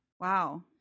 wow